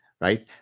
right